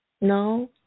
No